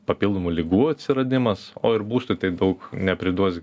papildomų ligų atsiradimas o ir būstui tai daug nepriduos